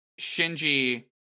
Shinji